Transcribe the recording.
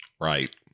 Right